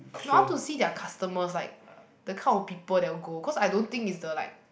not to see their customers like the kind of people that will go cause I don't think is the like